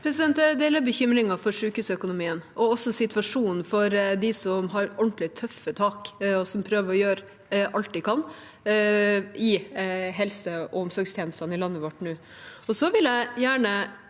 Jeg deler bekymrin- gen for sykehusøkonomien og også for situasjonen for dem som har ordentlige tøffe tak og prøver å gjøre alt de kan i helse- og omsorgstjenestene i landet vårt